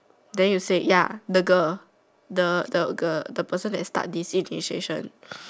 then you say ya the girl the the the person that start this initiation